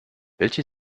welche